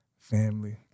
Family